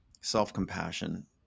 self-compassion